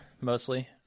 mostly